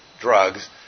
drugs